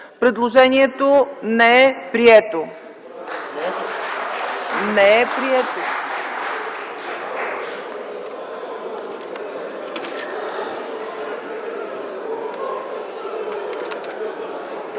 Предложението е прието.